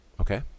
Okay